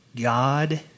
God